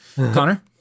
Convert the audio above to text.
Connor